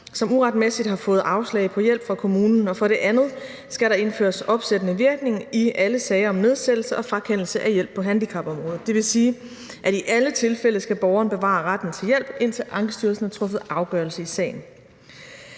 som uretmæssigt har fået afslag på hjælp fra kommunen. Og for det andet skal der indføres opsættende virkning i alle sager om nedsættelse og frakendelse af hjælp på handicapområdet. Det vil sige, at i alle tilfælde skal borgeren bevare retten til hjælp, indtil Ankestyrelsen har truffet afgørelse i sagen.